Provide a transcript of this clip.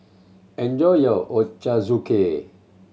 enjoy your Ochazuke